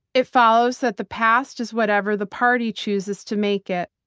it follows that the past is whatever the party chooses to make it.